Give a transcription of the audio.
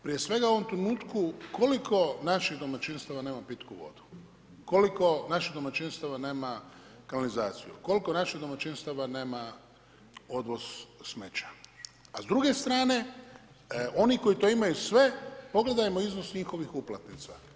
Prije svega u ovom trenutku koliko naših domaćinstava nema pitku vodu, koliko naših domaćinstava nema kanalizaciju, koliko naših domaćinstava nema odvoz smeća, a s druge strane oni koji to imaju sve, pogledajmo iznos njihovih uplatnica.